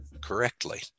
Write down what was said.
correctly